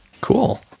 Cool